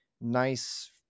nice